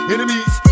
Enemies